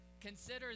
consider